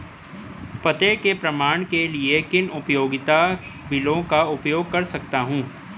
पते के प्रमाण के लिए मैं किन उपयोगिता बिलों का उपयोग कर सकता हूँ?